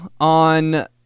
on